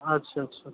আচ্ছা আচ্ছা